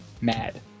mad